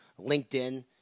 LinkedIn